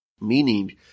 meaning